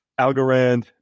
Algorand